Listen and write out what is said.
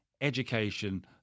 education